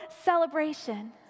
celebration